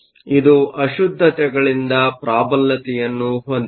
ಆದ್ದರಿಂದ ಇದು ಅಶುದ್ದತೆಗಳಿಂದ ಪ್ರಾಬಲ್ಯತೆಯನ್ನು ಹೊಂದಿದೆ